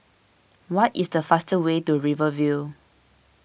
what is the fastest way to Rivervale